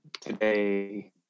Today